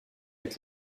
avec